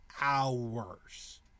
hours